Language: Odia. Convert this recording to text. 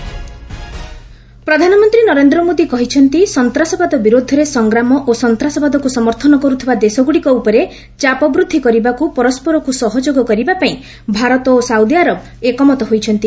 ପିଏମ୍ ସାଉଦି କ୍ରାଉନ୍ ପ୍ରିନ୍ସ୍ ପ୍ରଧାନମନ୍ତ୍ରୀ ନରେନ୍ଦ୍ର ମୋଦି କହିଛନ୍ତି ସନ୍ତାସବାଦ ବିରୁଦ୍ଧରେ ସଂଗ୍ରାମ ଓ ସନ୍ତାସବାଦକୁ ସମର୍ଥନ କରୁଥିବା ଦେଶଗୁଡ଼ିକ ଉପରେ ଚାପ ବୃଦ୍ଧି କରିବାକୁ ପରସ୍କରକୁ ସହଯୋଗ କରିବାପାଇଁ ଭାରତ ଓ ସାଉଦି ଆରବ ଏକମତ ହୋଇଛନ୍ତି